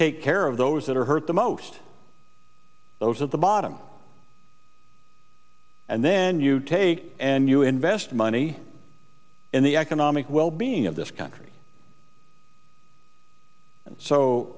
take care of those that are hurt the most those at the bottom and then you take and you invest money in the economic well being of this country